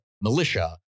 militia